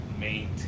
maintain